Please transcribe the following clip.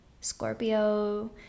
Scorpio